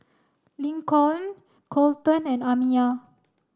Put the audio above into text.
Lincoln Colton and Amiya